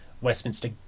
Westminster